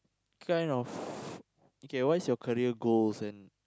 kind of okay what's your career goals and